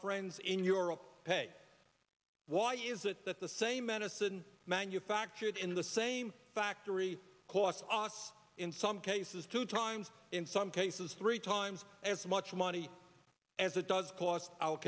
friends in europe pay why is it that the same medicine manufactured in the same factory costs ox in some cases two times in some cases three times as much money as it does cost ou